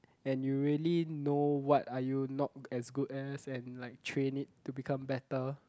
and you really know what are you not as good as and like train it to become better